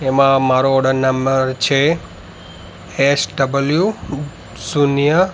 એમાં મારો order number છે એસ ડબ્લ્યુ શૂન્ય